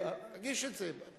תגיש את זה.